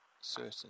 certain